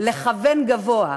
לכוון גבוה.